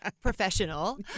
professional